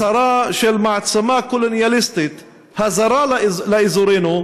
הצהרה של מעצמה קולוניאליסטית הזרה לאזורנו,